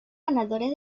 ganadores